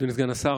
אדוני סגן השר,